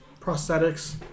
prosthetics